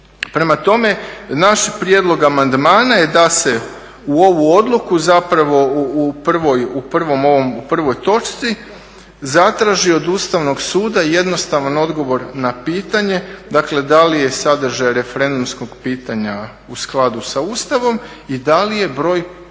Prema tome naš prijedlog amandmana je da se u ovu odluku zapravo u prvoj ovoj točci zatraži od Ustavnog suda jednostavan odgovor na pitanje dakle da li je sadržaj referendumskog pitanja u skladu sa Ustavom i da li je broj